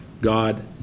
God